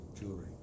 jewelry